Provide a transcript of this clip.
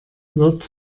wird